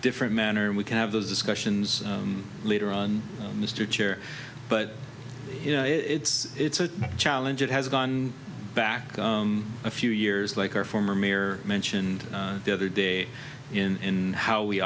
different manner and we can have those discussions later on mr chair but you know it's it's a challenge it has gone back a few years like our former mayor mentioned the other day in how we